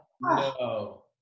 No